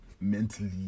mentally